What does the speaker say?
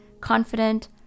confident